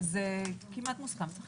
זה כמעט מוסכם, צריך